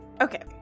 Okay